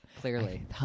clearly